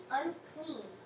unclean